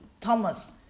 Thomas